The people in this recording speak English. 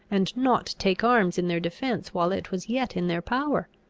and not take arms in their defence while it was yet in their power?